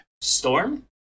storm